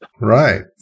Right